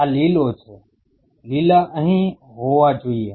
આ લીલો છે લીલા અહીં હોવી જોઈએ